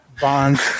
Bonds